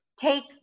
take